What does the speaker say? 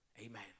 Amen